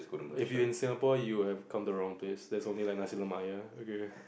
if you in Singapore you have come to wrong place there is only like nasi-lemak here okay